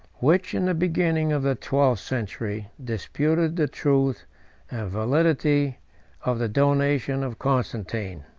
which, in the beginning of the twelfth century, disputed the truth and validity of the donation of constantine.